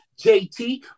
JT